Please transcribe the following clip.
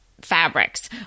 fabrics